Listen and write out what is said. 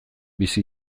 bizi